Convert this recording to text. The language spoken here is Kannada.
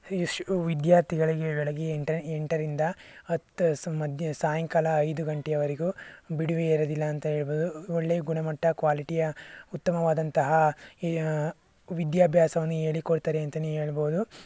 ಎಷ್ಟ್ ವಿದ್ಯಾರ್ಥಿಗಳಿಗೆ ಬೆಳಗ್ಗೆ ಎಂಟರಿಂದ ಹತ್ತು ಮಧ್ಯ ಸಾಯಂಕಾಲ ಐದು ಗಂಟೆಯವರೆಗೂ ಬಿಡುವೆ ಇರುವುದಿಲ್ಲ ಅಂತ ಹೇಳ್ಬೋದು ಒಳ್ಳೆ ಗುಣಮಟ್ಟ ಕ್ವಾಲಿಟಿಯ ಉತ್ತಮವಾದಂತಹ ಈ ವಿದ್ಯಾಭ್ಯಾಸವನ್ನು ಹೇಳಿ ಕೊಡ್ತಾರೆ ಅಂತಲೇ ಹೇಳ್ಬಹುದು